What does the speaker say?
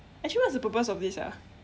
actually what's the purpose of this ah